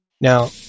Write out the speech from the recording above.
Now